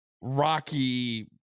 rocky